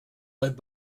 led